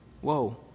Whoa